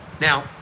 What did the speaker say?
Now